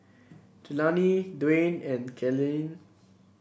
Jelani Dwayne and Kalen